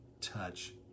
touch